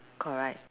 correct